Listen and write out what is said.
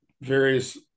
various